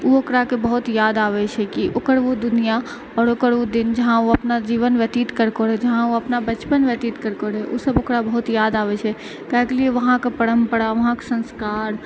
ओ ओकराके बहुत याद आबै छै की ओकर ओ दुनिआ आओर ओकर ओ दिन जहाँ ओ अपना जीवन व्यतीत करै जहाँ ओ अपना बचपन व्यतीत करै ओ सब ओकरा बहुत याद आबै छै काहेके लिए वहाँ के परम्परा वहाँ के संस्कार